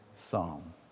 Psalm